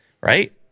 right